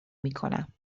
میکنم